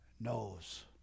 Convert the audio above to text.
knows